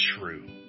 true